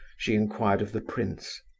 she inquired of the prince.